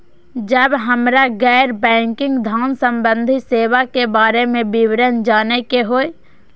जब हमरा गैर बैंकिंग धान संबंधी सेवा के बारे में विवरण जानय के होय?